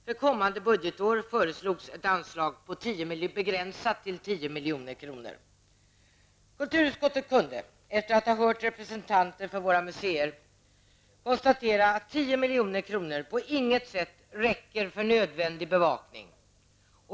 För kommande budgetår föreslogs ett anslag begränsat till 10 milj.kr. Kulturutskottet kunde, efter att ha hört representanter för våra museer, konstatera att 10 milj.kr. på intet sätt räcker för nödvändig bevakning.